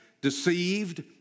deceived